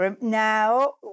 Now